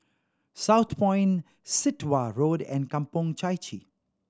Southpoint Sit Wah Road and Kampong Chai Chee